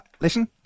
Listen